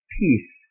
peace